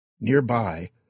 Nearby